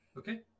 Okay